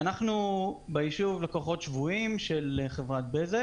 אנחנו בישוב שבויים של חברת בזק.